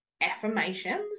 affirmations